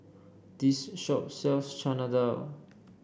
this shop sells Chana Dal